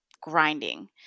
grinding